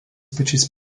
pačiais